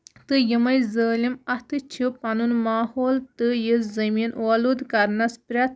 تہٕ یِمٕے ظٲلِم اَتھٕ چھِ پَنُن ماحول تہٕ یہِ زٔمیٖن ٲلوٗدٕ کرنَس پرٮ۪تھ